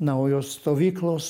naujos stovyklos